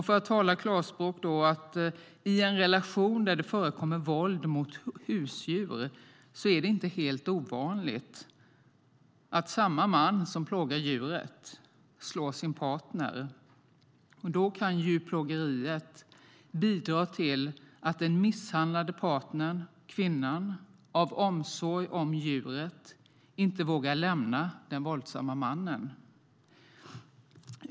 För att tala klarspråk: I en relation där det förekommer våld mot husdjur är det inte helt ovanligt att samme man som plågar djuret slår sin partner. Då kan djurplågeriet bidra till att den misshandlade partnern, kvinnan, av omsorg om djuret inte vågar lämna den våldsamme mannen.